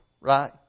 right